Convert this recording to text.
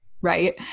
right